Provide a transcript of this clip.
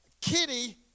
kitty